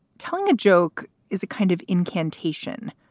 telling a joke is a kind of incantation,